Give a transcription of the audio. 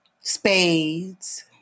Spades